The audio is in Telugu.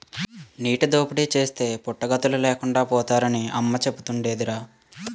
నీటి దోపిడీ చేస్తే పుట్టగతులు లేకుండా పోతారని అవ్వ సెబుతుండేదిరా